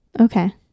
Okay